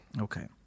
Okay